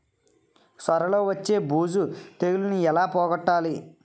సొర లో వచ్చే బూజు తెగులని ఏల పోగొట్టాలి?